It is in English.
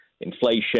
inflation